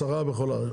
למשל עשרה בכל הארץ,